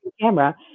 camera